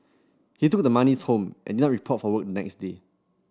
he took the monies home and not report for work the next day